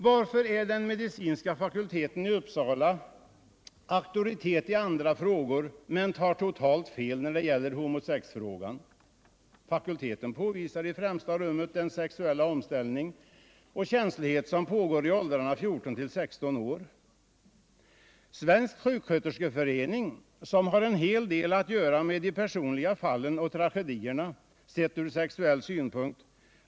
Varför är den medicinska fakulteten i Uppsala auktoritet i andra frågor men tar totalt fel när det gäller homosexfrågan? Fakulteten påvisade i främsta rummet den sexuella omställningen och känsligheten i åldrarna 14—16 år. Svensk sjuksköterskeförenings medlemmar har en hel del att göra med de personliga fallen och tragedierna sett ur sexuell synpunkt.